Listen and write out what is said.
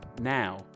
now